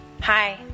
Hi